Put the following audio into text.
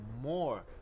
more